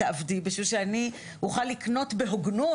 תעבדי בשביל שאני אוכל לקנות בהוגנות.